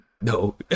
no